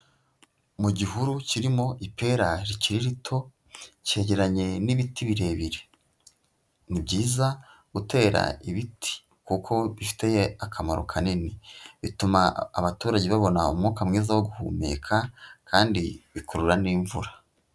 Mu gihuru kirimo ipera rikiri rito cyegeranye n'ibiti birebire, ni byiza gutera ibiti kuko bifiye akamaro, kanini bituma abaturage babona umwuka mwiza wo guhumeka kandi bikurura n'imvura.